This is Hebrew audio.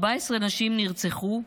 14 נשים נרצחו,